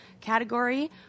category